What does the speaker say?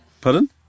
Pardon